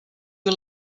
you